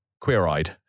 queer-eyed